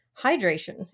hydration